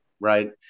Right